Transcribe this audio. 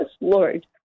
Lord